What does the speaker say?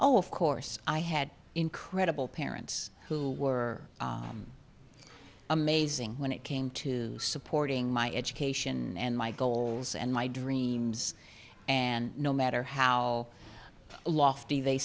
oh of course i had incredible parents who were amazing when it came to supporting my education and my goals and my dreams and no matter how lofty they